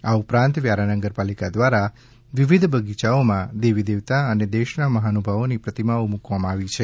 આ ઉપરાંત વ્યારા નગરપાલિકા દ્વારા વિવિધ બગીયાઓમાં દેવીદેવતા અને દેશના મહાનુભાવોની પ્રતિમાઓ મૂકવામાં આવી છે